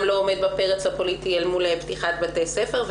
עומד בפרץ הפוליטי אל מול פתיחת בתי ספר,